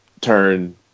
turn